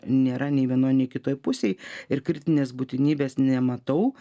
nėra nei vienoj nei kitoj pusėj ir kritinės būtinybės nematau